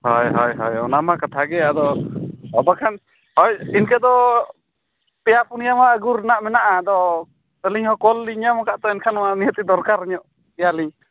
ᱦᱚᱭ ᱦᱚᱭ ᱦᱚᱭ ᱚᱱᱟ ᱢᱟ ᱠᱟᱛᱷᱟᱜᱮ ᱟᱫᱚ ᱟᱨᱵᱟᱠᱷᱟᱱ ᱤᱱᱠᱟᱹᱫᱚ ᱯᱮᱭᱟᱼᱯᱩᱱᱭᱟᱦᱚᱸ ᱟᱹᱜᱩ ᱨᱮᱭᱟᱜ ᱢᱮᱱᱟᱜᱼᱟ ᱟᱫᱚ ᱟᱹᱞᱤᱧᱦᱚᱸ ᱠᱚᱞ ᱞᱤᱧ ᱧᱟᱢ ᱟᱠᱟᱫᱛᱮ ᱮᱱᱠᱷᱟᱱ ᱱᱤᱦᱟᱹᱛᱜᱮ ᱫᱚᱨᱠᱟᱨᱧᱚᱜ ᱠᱮᱭᱟᱞᱤᱧ